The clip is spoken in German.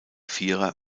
vierer